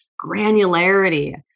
granularity